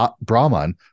Brahman